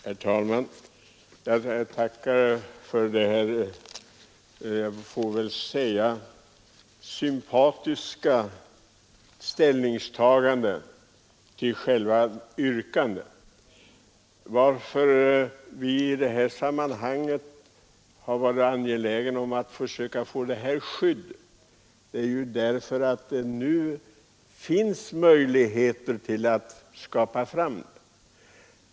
Herr talman! Jag tackar för detta — jag får väl säga — sympatiska ställningstagande till själva yrkandet. Att vi i detta sammanhang varit angelägna om att försöka få detta skydd beror på att det nu finns möjligheter att skapa ett sådant.